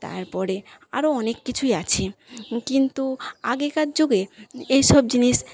তারপরে আরও অনেক কিছুই আছে কিন্তু আগেকার যুগে এইসব জিনিস